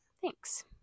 Thanks